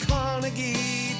Carnegie